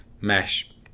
mesh